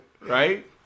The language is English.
Right